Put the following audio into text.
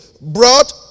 brought